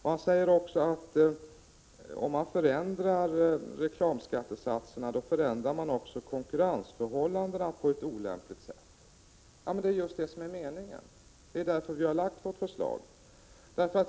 Han säger också att om man förändrar reklamskattesatserna förändrar man också konkurrensförhållandena på ett olämpligt sätt. Det är just det som är meningen. Det är därför vi har lagt fram vårt förslag.